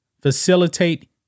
facilitate